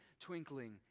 twinkling